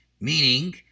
Meaning